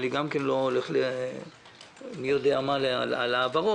אני לא הולך מי יודע מה על העברות.